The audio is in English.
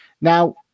Now